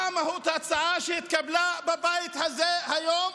מה מהות ההצעה שהתקבלה בבית הזה היום,